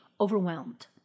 overwhelmed